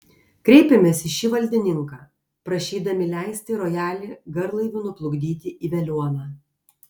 kreipėmės į šį valdininką prašydami leisti rojalį garlaiviu nuplukdyti į veliuoną